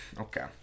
okay